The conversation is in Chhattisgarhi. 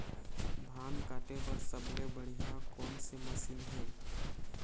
धान काटे बर सबले बढ़िया कोन से मशीन हे?